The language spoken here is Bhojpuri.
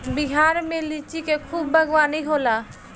बिहार में लिची के खूब बागवानी होला